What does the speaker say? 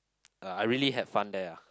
uh I really had fun there ah